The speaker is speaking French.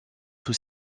sous